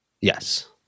Yes